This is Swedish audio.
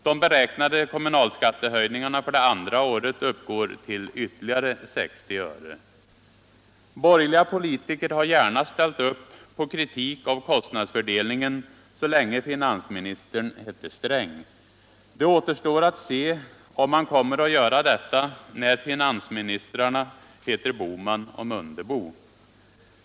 De beräknade kommunalskattehöjningarna för det andra året uppgår till ytterligare 60 Öre. Borgerliga politiker har gärna ställt upp på kritik av kostnadsfördelningen så länge finansministern hette Sträng. Det återstår att se om de kommer att göra detta när finansministrarna heter Bohman och Mundebo.